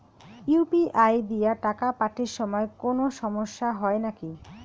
UPI দিয়া টাকা পাঠের সময় কোনো সমস্যা হয় নাকি?